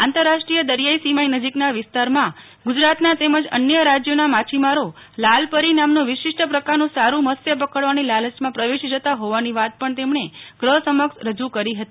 આંતરાષ્ટ્રીય દરિયાઈ સીમા નજીકના વિસ્તારમાં ગુજરાતના તેમજ અન્ય રાજયોના માછીમારો લાલ પરી નામનું વિશિષ્ટ પ્રકારનું સારૂ મત્સ્ય પકડવાની લાલયમાં પ્રવેશ જતા હોવાની તેમણે ગૃહ સમક્ષ રજુ કરી હતી